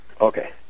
Okay